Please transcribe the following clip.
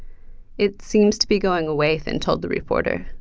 it seems to be going away, thind told the reporter.